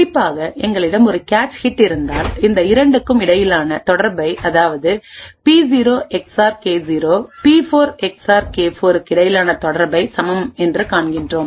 குறிப்பாக எங்களிடம் ஒரு கேச் ஹிட் இருந்தால் இந்த இரண்டுக்கும் இடையிலான தொடர்பை அதாவது பி0 எக்ஸ்ஆர் கே0 பி4 எக்ஸ்ஆர் கே4 க்கு இடையிலான தொடர்பை சமம் என்றும் காண்கின்றோம்